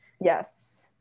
Yes